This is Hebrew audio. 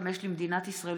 השלושים-וחמש למדינת ישראל,